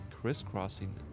crisscrossing